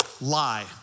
Lie